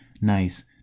nice